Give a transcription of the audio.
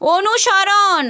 অনুসরণ